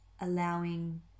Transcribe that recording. allowing